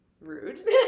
Rude